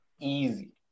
easy